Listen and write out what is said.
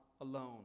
alone